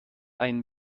einen